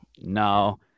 No